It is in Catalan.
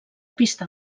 pista